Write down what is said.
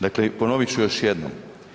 Dakle, ponovit ću još jednom.